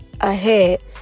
ahead